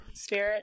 Spirit